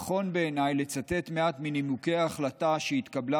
נכון בעיניי לצטט מעט מנימוקי ההחלטה שהתקבלה